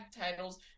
titles